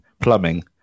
plumbing